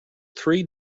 three